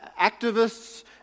activists